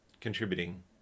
contributing